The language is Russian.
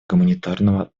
гуманитарного